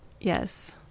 Yes